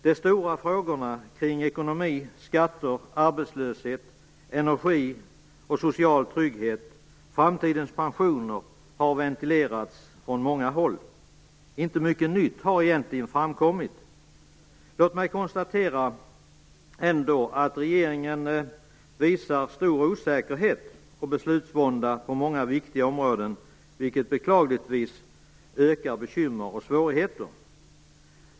De stora frågorna kring ekonomi, skatter, arbetslöshet, energi, social trygghet och framtidens pensioner har ventilerats från många håll. Inte mycket nytt har egentligen framkommit. Låt mig ändå konstatera att regeringen visar stor osäkerhet och beslutsvånda på många viktiga områden, vilket beklagligtvis ökar bekymmer och svårigheter.